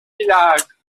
villages